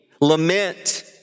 lament